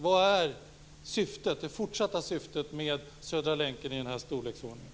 Vad är det fortsatta syftet med Södra länken i den här storleksordningen?